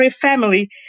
family